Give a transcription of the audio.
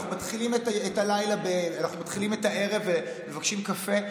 אנחנו מתחילים את הערב ומבקשים קפה,